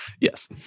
Yes